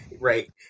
Right